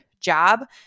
job